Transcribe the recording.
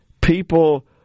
people